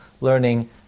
learning